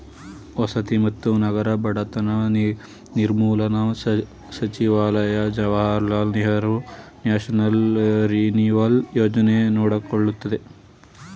ವಸತಿ ಮತ್ತು ನಗರ ಬಡತನ ನಿರ್ಮೂಲನಾ ಸಚಿವಾಲಯ ಜವಾಹರ್ಲಾಲ್ ನೆಹರು ನ್ಯಾಷನಲ್ ರಿನಿವಲ್ ಯೋಜನೆ ನೋಡಕೊಳ್ಳುತ್ತಿದೆ